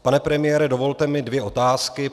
Pane premiére, dovolte mi dvě otázky.